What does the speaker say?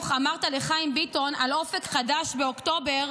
אמרת לחיים ביטון על אופק חדש באוקטובר: